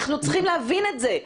אנחנו צריכים להבין את זה.